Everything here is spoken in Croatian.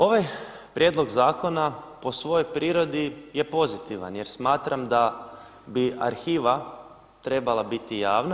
Ovaj prijedlog zakona po svojoj prirodi je pozitivan jer smatram da bi arhiva trebala biti javna.